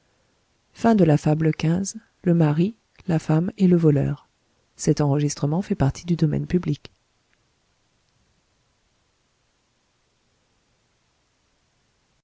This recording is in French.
xv le mari la femme et le voleur